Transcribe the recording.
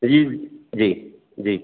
जी जी जी